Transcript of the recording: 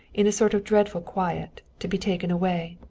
in a sort of dreadful quiet, to be taken away.